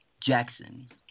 Jackson